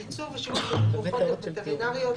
ייצור ושיווק תרופות וטרינריות,